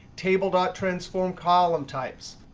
table dot transform column types.